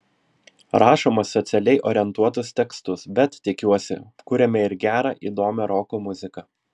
rašome socialiai orientuotus tekstus bet tikiuosi kuriame ir gerą įdomią roko muziką